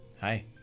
Hi